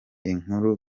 inkuru